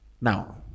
Now